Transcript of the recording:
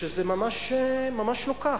מה לעשות, שזה ממש לא כך?